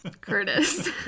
Curtis